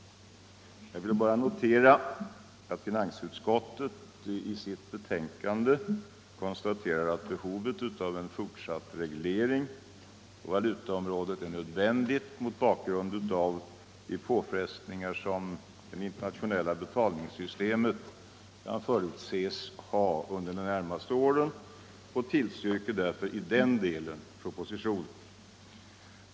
Jag vill bara notera att finansutskottet i sitt betänkande konstaterar att utbredd enighet råder om behovet av en fortsatt reglering på valutaområdet mot bakgrund av de påfrestningar som det internationella betalningssystemet kan förutses få under de närmaste åren, varför utskottet i den delen tillstyrker propositionen.